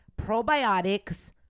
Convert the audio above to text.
probiotics